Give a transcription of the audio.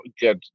get